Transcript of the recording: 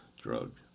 drug